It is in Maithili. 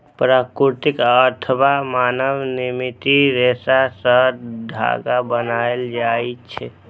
प्राकृतिक अथवा मानव निर्मित रेशा सं धागा बनायल जाए छै